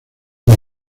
con